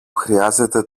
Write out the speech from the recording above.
χρειάζεται